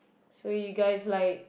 so you guys like